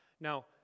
Now